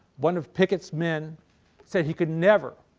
one of pickett's men said he could never,